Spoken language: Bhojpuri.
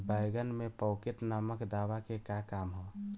बैंगन में पॉकेट नामक दवा के का काम ह?